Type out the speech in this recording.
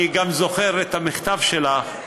אני גם זוכר את המכתב שלך,